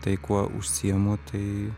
tai kuo užsiimu tai